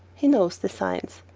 he knows the signs.